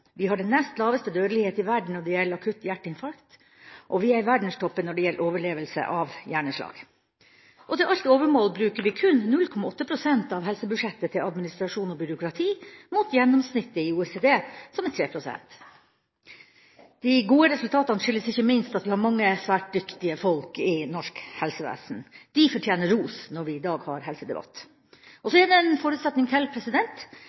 Vi har den nest laveste dødelighet i verden når det gjelder akutt hjerteinfarkt, og vi er i verdenstoppen når det gjelder overlevelse av hjerneslag. Til alt overmål bruker vi kun 0,8 pst. av helsebudsjettet til administrasjon og byråkrati, mot gjennomsnittet i OECD, som er 3 pst. De gode resultatene skyldes ikke minst at vi har mange svært dyktige folk i norsk helsevesen. De fortjener ros når vi i dag har en helsedebatt. Så er det en forutsetning til,